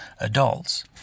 adults